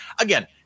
again